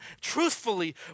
truthfully